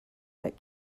that